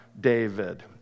David